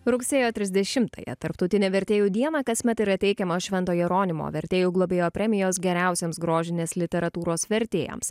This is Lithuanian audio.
rugsėjo trisdešimtąją tarptautinę vertėjų dieną kasmet yra teikiamos švento jeronimo vertėjų globėjo premijos geriausiems grožinės literatūros vertėjams